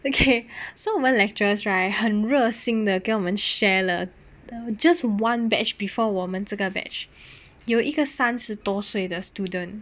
okay so 我们 lecturers right 很热心的跟我们 share 了 just one batch before 我们这个 batch 有一个三十多岁的 student